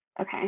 Okay